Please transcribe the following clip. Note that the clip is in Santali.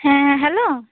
ᱦᱮᱸ ᱦᱮᱞᱳ